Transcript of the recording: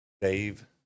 Dave